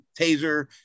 taser